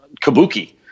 kabuki